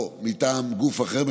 או מטעם גוף אחר,